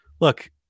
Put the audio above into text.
look